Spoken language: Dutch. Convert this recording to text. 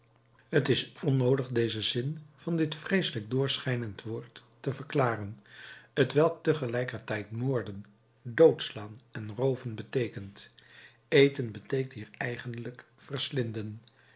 t is onnoodig den zin van dit vreeselijk doorschijnend woord te verklaren t welk tegelijkertijd moorden doodslaan en rooven beteekent eten beteekent hier eigenlijk verslinden